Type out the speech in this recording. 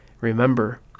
Remember